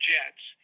Jets